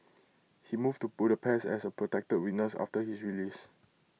he moved to Budapest as A protected witness after his release